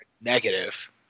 negative